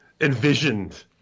envisioned